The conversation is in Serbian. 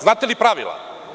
Znate li pravila?